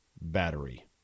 battery